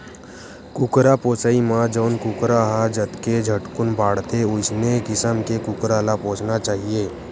कुकरा पोसइ म जउन कुकरा ह जतके झटकुन बाड़थे वइसन किसम के कुकरा ल पोसना चाही